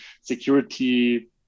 security